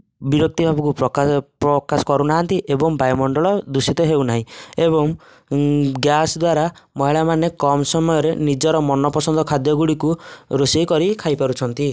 ବିରକ୍ତି ଭାବକୁ ପ୍ରକାଶ କରୁନାହାନ୍ତି ଏବଂ ବାୟୁମଣ୍ଡଳ ଦୂଷିତ ହେଉନାହିଁ ଏବଂ ଗ୍ୟାସଦ୍ୱାରା ମହିଳାମାନେ କମ ସମୟରେ ନିଜର ମନପସନ୍ଦ ଖାଦ୍ୟ ଗୁଡିକୁ ରୋଷେଇ କରି ଖାଇ ପାରୁଛନ୍ତି